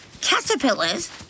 Caterpillars